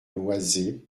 loizé